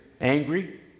Angry